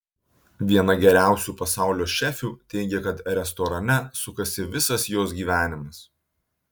viena geriausių pasaulio šefių teigia kad restorane sukasi visas jos gyvenimas